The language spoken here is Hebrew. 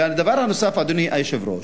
אדוני היושב-ראש,